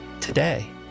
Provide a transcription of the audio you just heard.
today